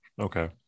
Okay